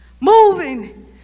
Moving